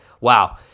wow